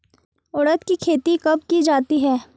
उड़द की खेती कब की जाती है?